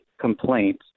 complaint